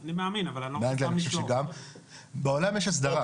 אני מאמין, אבל אני --- בעולם יש הסדרה.